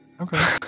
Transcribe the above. Okay